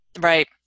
right